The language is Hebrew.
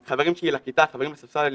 חברים שלי לכיתה, חברים לספסל הלימודים,